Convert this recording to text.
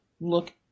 look